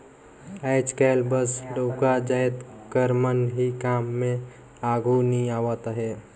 आएज काएल बस डउका जाएत कर मन ही काम में आघु नी आवत अहें